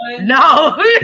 No